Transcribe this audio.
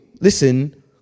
listen